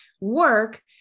work